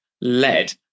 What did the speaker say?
lead